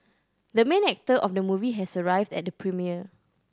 the main actor of the movie has arrived at the premiere